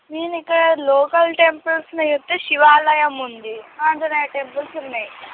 మీరు ఇక్కడ local temples చూస్తే శివాలయం ఉంది ఆంజనేయ టెంపుల్స్ ఉన్నాయి